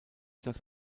das